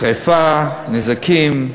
שרפה, נזקים,